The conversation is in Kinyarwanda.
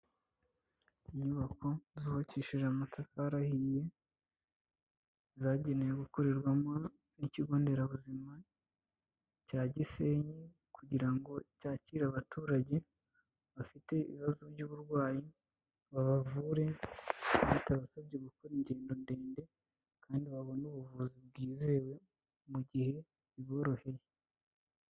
Inyubako z'ubakishije amatafari ahiye zagenewe gukorerwamo n'ikigonderabuzima cya Gisenyi, kugira ngo cyakire abaturage bafite ibibazo by'uburwayi ba bavure bitabasabye gukora ingendo ndende kandi babone ubuvuzi bwizewe mu gihe biboroheye.